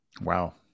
wow